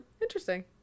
Interesting